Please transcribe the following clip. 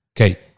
Okay